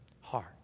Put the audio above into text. heart